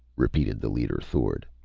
repeated the leader, thord.